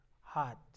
heart